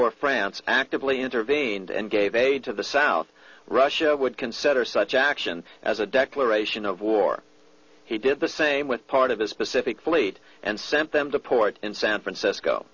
or france actively intervened and gave aid to the south russia would consider such action as a declaration of war he did the same with part of his pacific fleet and sent them to port in san francisco